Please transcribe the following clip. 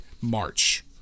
March